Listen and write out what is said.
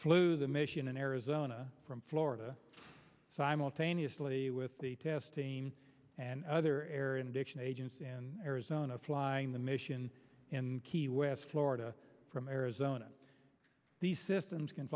flew the mission in arizona from florida simultaneously with the testing and other air indiction agents in arizona flying the mission in key west florida from arizona these systems can